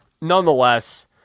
nonetheless